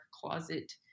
closet